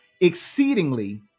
exceedingly